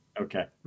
Okay